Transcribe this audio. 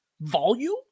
volume